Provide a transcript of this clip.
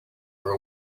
her